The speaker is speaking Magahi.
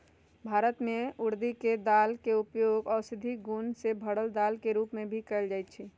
भारत में उर्दी के दाल के उपयोग औषधि गुण से भरल दाल के रूप में भी कएल जाई छई